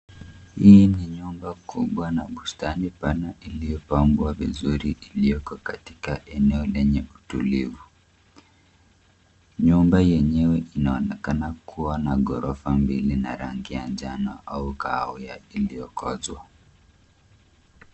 Hii ni nyumba kubwa na bustani pana iliyopambwa vizuri ilioko katika eneo lenye utulivu. Nyumba yenyewe inaonekana kuwa na ghorofa mbili na rangi ya njano au kahawia iliyokozwa.